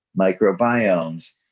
microbiomes